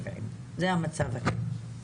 70. זה המצב היום.